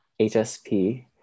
HSP